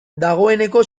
dagoeneko